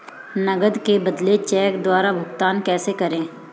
नकद के बदले चेक द्वारा भुगतान कैसे करें?